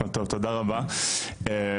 תודה רבה,